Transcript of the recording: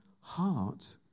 heart